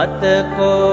Atko